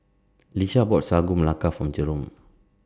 Lish bought Sagu Melaka For Jerome